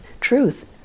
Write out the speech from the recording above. truth